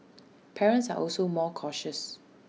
parents are also more cautious